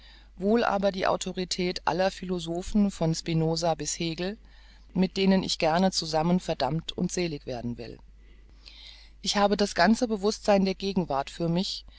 wohl die autorität aller philosophen von spinoza bis hegel mit denen ich gern zusammen verdammt und selig werden will ich habe das ganze bewußtsein der gegenwart für mich